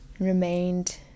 remained